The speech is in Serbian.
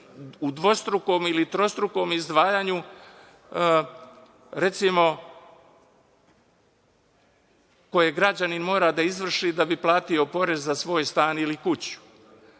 u dvostrukom, ili trostrukom izdvajanju, recimo, koje građanin mora da izvrši da bi platio porez za svoj stan ili kuću.